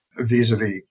vis-a-vis